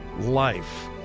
life